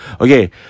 Okay